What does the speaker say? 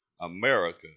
America